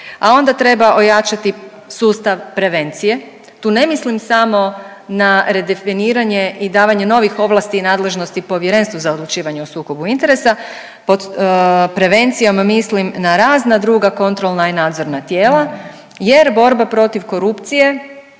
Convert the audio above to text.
A onda treba ojačati sustav prevencije. Tu ne mislim samo na redefiniranje i davanje novih ovlasti i nadležnosti Povjerenstvu za odlučivanje o sukobu interesa. Pod prevencijom mislim na razna druga kontrolna i nadzorna tijela, jer borba protiv korupcije